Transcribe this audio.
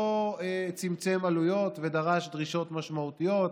לא צמצם עלויות ודרש דרישות משמעותית.